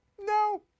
No